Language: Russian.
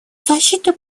защиты